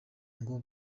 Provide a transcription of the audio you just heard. ngo